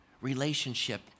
relationship